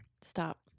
Stop